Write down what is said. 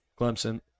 Clemson